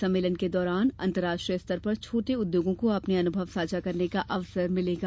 सम्मेलन के दौरान अंतर्राष्ट्रीय स्तर पर छोटे उद्योगों को अपने अनुभव साझा करने का अवसर मिलेगा